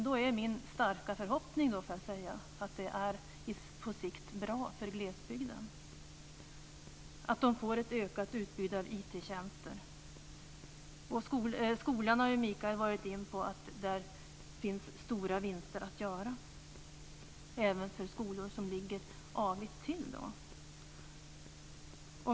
Då är min starka förhoppning att det på sikt är bra för glesbygden och att man får ett ökat utbud av IT-tjänster. Mikael Johansson har varit inne på att det finns stora vinster att göra för skolorna, även för skolor som ligger avigt till.